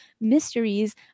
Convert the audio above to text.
mysteries